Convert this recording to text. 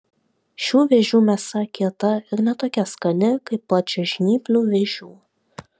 šių vėžių mėsa kieta ir ne tokia skani kaip plačiažnyplių vėžių